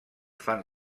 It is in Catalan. fan